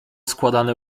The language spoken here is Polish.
składane